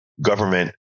government